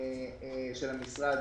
של המשרד